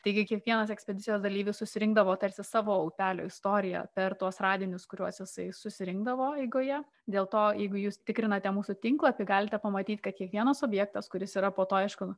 taigi kiekvienas ekspedicijos dalyvis susirinkdavo tarsi savo upelio istoriją per tuos radinius kuriuos jisai susirinkdavo eigoje dėl to jeigu jūs tikrinate mūsų tinklapį galite pamatyti kad kiekvienas objektas kuris yra po to aišku